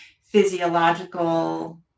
physiological